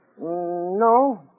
No